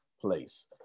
place